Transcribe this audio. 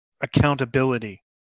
accountability